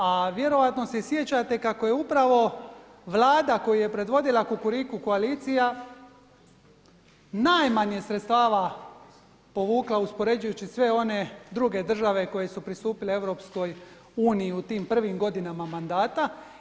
A vjerojatno se i sjećate kako je upravo Vlada koju je predvodila kukuriku koalicija najmanje sredstava povukla uspoređujući sve one druge države koje su pristupile EU u tim prvim godinama mandata.